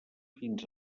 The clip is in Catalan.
fins